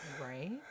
Right